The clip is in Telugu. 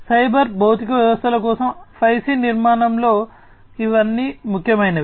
సైబర్ భౌతిక వ్యవస్థల కోసం 5 సి నిర్మాణంలో ఇవన్నీ ముఖ్యమైనవి